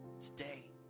today